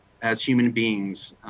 as human beings,